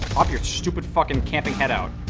off your stupid fucking camping head out